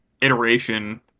iteration